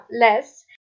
less